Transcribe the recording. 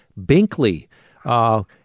Binkley